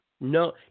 No